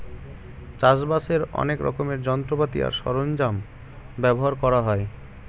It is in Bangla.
চাষবাসের অনেক রকমের যন্ত্রপাতি আর সরঞ্জাম ব্যবহার করা হয়